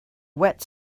wet